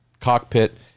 cockpit